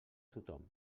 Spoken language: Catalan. tothom